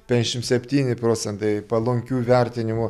penkiasdešim septyni procentai palankių vertinimų